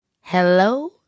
Hello